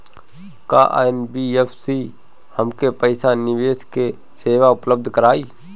का एन.बी.एफ.सी हमके पईसा निवेश के सेवा उपलब्ध कराई?